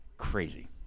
Crazy